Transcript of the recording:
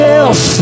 else